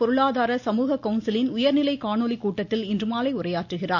பொருளாதார சமூக கவுன்சிலின் உயர்நிலை காணொலி கூட்டத்தில் இன்று மாலை உரையாற்றுகிறார்